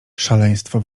szaleństwo